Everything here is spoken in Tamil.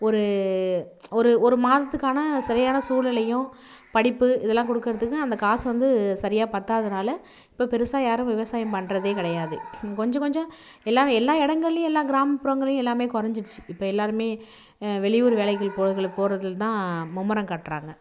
ஒரு ஒரு ஒரு மாதத்துக்கான சரியான சூழ்நிலையும் படிப்பு இதெல்லாம் கொடுக்கறதுக்கு அந்த காசு வந்து சரியாக பத்தாதனால் இப்போ பெருசாக யாரும் விவசாயம் பண்ணுறதே கிடையாது கொஞ்ச கொஞ்சம் எல்லா எல்லா இடங்கள்லையும் எல்லா கிராமப்புறங்கள்லையும் எல்லாம் குறைஞ்சிடுச்சி இப்போ எல்லாரும் வெளியூர் வேலைகளுக்கு போகிறதுல தான் மும்மரம் காட்டுறாங்க